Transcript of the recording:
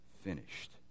finished